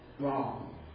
wrong